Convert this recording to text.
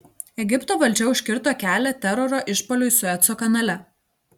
egipto valdžia užkirto kelią teroro išpuoliui sueco kanale